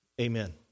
amen